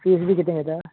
fees बी कितें घेता